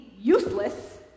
useless